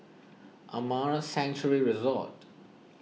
Amara Sanctuary Resort